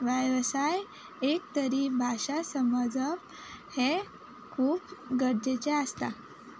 वेवसाय एक तरी भाशा समजप हें खूब गरजेचें आसता